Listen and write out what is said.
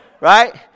Right